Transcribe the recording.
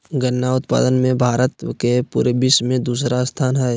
गन्ना उत्पादन मे भारत के पूरे विश्व मे दूसरा स्थान हय